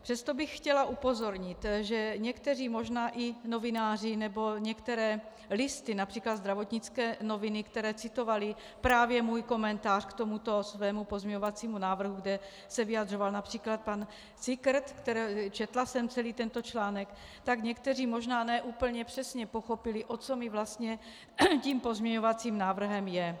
Přesto bych chtěla upozornit, že někteří možná i novináři, nebo některé listy, například Zdravotnické noviny, které citovaly právě můj komentář k tomuto svému pozměňovacímu návrhu, kde se vyjadřoval např. pan Cikrt, četla jsem celý tento článek, tak někteří možná ne úplně přesně pochopili, o co mi vlastně tím pozměňovacím návrhem jde.